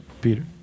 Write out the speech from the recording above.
Peter